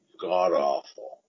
God-awful